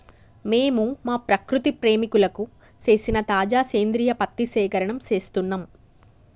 మేము మా ప్రకృతి ప్రేమికులకు సేసిన తాజా సేంద్రియ పత్తి సేకరణం సేస్తున్నం